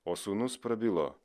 o sūnus prabilo